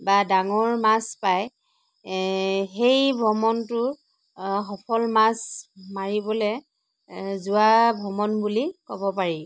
বা ডাঙৰ মাছ পাই সেই ভ্ৰমণটো সফল মাছ মাৰিবলৈ যোৱা ভ্ৰমণ বুলি ক'ব পাৰি